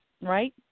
right